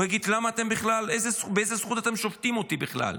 הוא יגיד: באיזו זכות אתם שופטים אותי בכלל?